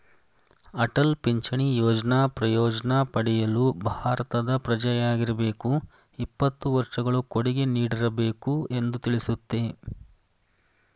ಅಟಲ್ ಪಿಂಚಣಿ ಯೋಜ್ನ ಪ್ರಯೋಜ್ನ ಪಡೆಯಲು ಭಾರತದ ಪ್ರಜೆಯಾಗಿರಬೇಕು ಇಪ್ಪತ್ತು ವರ್ಷಗಳು ಕೊಡುಗೆ ನೀಡಿರಬೇಕು ಎಂದು ತಿಳಿಸುತ್ತೆ